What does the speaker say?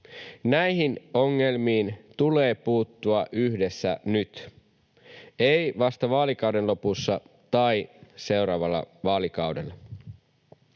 Näihin ongelmiin tulee puuttua yhdessä nyt, ei vasta vaalikauden lopussa tai seuraavalla vaalikaudella.